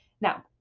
Now